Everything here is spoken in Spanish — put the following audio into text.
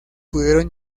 pudieron